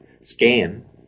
scan